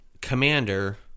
commander